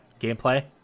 gameplay